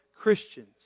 Christians